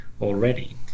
already